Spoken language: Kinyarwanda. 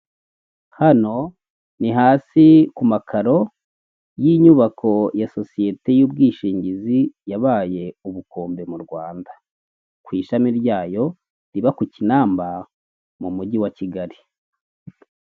Hano ni hasi ku makaro y'inyubako ya sosiyete y'ubwishingizi yabaye ubukombe mu Rwanda. Ku ishami ryayo, riba ku Kinamba, mu mugi wa Kigali.